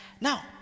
Now